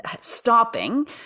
stopping